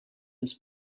his